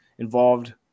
involved